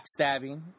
backstabbing